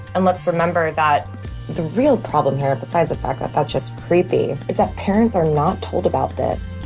and let's remember that the real problem here besides the fact that that's just creepy is that parents are not told about this